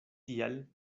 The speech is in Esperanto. tial